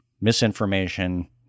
misinformation